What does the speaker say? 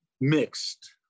Mixed